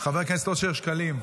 חבר הכנסת אושר שקלים,